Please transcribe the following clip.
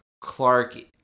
Clark